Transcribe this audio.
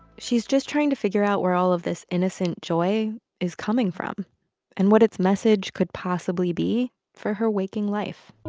she's just trying to figure out where all of this innocent joy is coming from and what its message could possibly be for her waking life